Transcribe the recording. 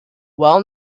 well